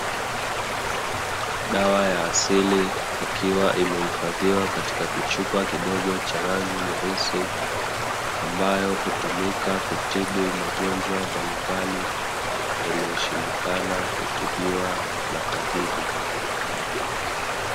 Dawa ya asili ikiwa imehifadhiwa katika kichupa kidogo cha rangi nyeusi, ambayo hutumika kutibu magonjwa mbalimbali yaliyoshindikana kutibiwa na tabibu.